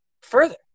further